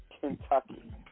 Kentucky